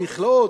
מכלאות,